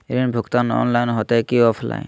ऋण भुगतान ऑनलाइन होते की ऑफलाइन?